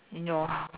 in your